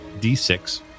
D6